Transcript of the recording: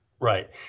Right